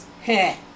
Hey